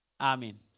Amen